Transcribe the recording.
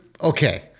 Okay